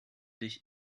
dich